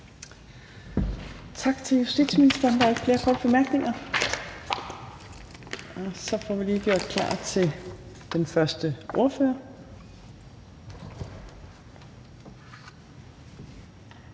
Tak til justitsministeren. Der er ikke flere korte bemærkninger. Og så får vi lige gjort klar til den første ordfører,